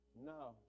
no